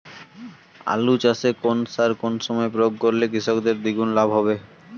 আলু চাষে কোন সার কোন সময়ে প্রয়োগ করলে কৃষকের দ্বিগুণ লাভ হবে?